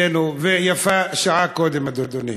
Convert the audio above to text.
אצלנו, ויפה שעה אחת קודם, אדוני.